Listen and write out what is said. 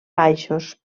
baixos